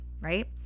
right